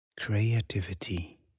creativity